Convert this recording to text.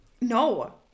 No